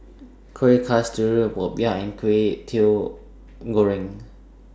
Kuih Kasturi Popiah and Kway Teow Goreng